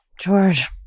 George